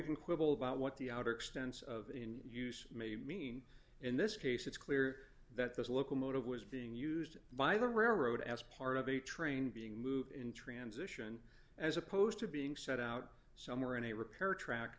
can quibble about what the outer extents of in use may mean in this case it's clear that this locomotive was being used by the railroad as part of a train being moved in transition as opposed to being set out somewhere on a repair track